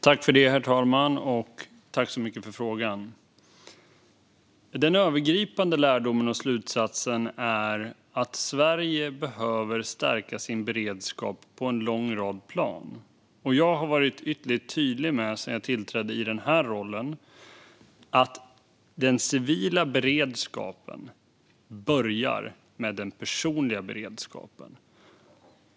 Herr talman! Jag tackar så mycket för frågan. Den övergripande lärdomen och slutsatsen är att Sverige behöver stärka sin beredskap på en lång rad av plan. Jag har sedan jag tillträdde i den här rollen varit ytterligt tydlig med att den civila beredskapen börjar med den personliga beredskapen.